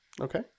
Okay